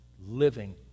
living